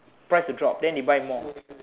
price to drop then they buy more